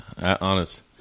honest